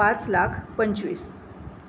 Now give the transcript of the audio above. पाच लाख पंचवीस